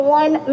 one